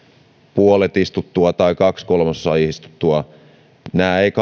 puolet istuttua tai kaksi kolmasosaa istuttua eivät